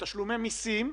תודה.